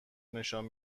نشان